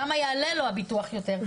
כמה יעלה לו הביטוח יותר.